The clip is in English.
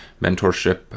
mentorship